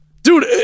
Dude